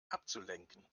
abzulenken